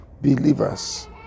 believers